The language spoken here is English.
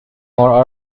more